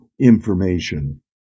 information